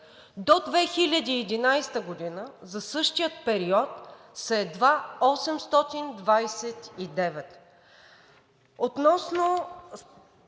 До 2011 г. за същия период са едва 829. Относно